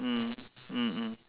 mm mm mm